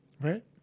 right